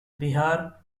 bihar